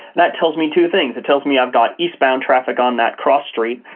that tells me two things, it tells me i've got eastbound traffic on that cross street,